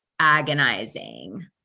agonizing